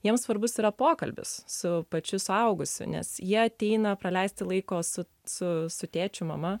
jiem svarbus yra pokalbis su pačiu suaugusiu nes jie ateina praleisti laiko su su su tėčiu mama